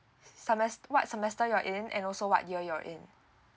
semes~ what semester you're in and also what year you're in